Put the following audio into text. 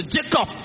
Jacob